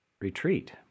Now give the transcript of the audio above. retreat